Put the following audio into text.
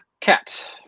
Cat